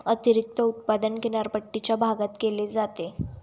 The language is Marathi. अतिरिक्त उत्पादन किनारपट्टीच्या भागात केले जाते